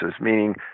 meaning